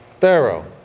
Pharaoh